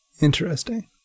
Interesting